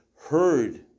heard